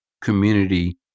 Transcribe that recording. community